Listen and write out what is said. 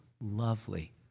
lovely